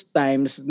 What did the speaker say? times